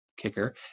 kicker